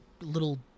little